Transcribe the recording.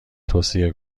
توصیه